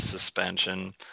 suspension